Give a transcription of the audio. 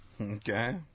Okay